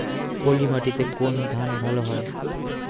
পলিমাটিতে কোন ধান ভালো হয়?